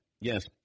Yes